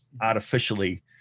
artificially